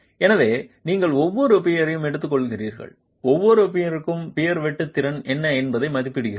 எனவேநீங்கள் ஒவ்வொரு பியரையும் எடுத்துக்கொள்கிறீர்கள் ஒவ்வொரு பியருக்கும் பியர் வெட்டு திறன் என்ன என்பதை மதிப்பிடுகிறீர்கள்